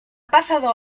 pasado